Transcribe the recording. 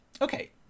Okay